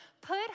Put